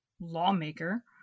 lawmaker